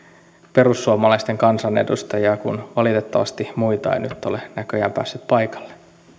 perussuomalaisten kansanedustajia kun valitettavasti muita ei nyt ole näköjään päässyt paikalle